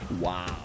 Wow